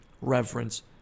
reverence